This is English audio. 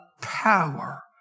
power